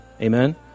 Amen